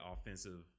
offensive